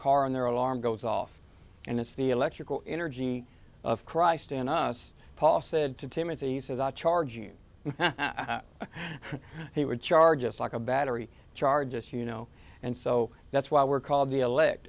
car and their alarm goes off and it's the electrical energy of christ in us paul said to timothy says i charge you and he were charges like a battery charge as you know and so that's why we're called the elect